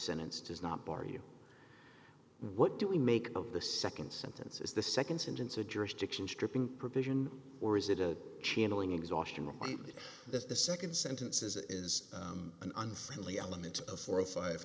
sentence does not bar you what do we make of the second sentence is the second sentence a jurisdiction stripping provision or is it a channeling exhaustion with the second sentence is it is an unfriendly element of four or five